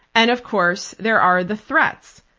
and of course there are the threats.